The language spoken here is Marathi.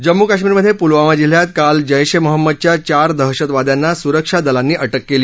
जम्मू कश्मीरमधे पुलवामा जिल्ह्यात काल जैशे महंमदच्या चार दहशतवाद्यांना सुरक्षा दलांनी अटक केली